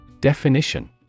Definition